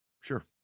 Sure